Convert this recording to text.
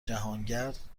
جهانگرد